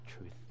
truth